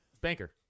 Banker